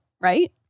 right